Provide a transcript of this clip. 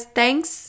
thanks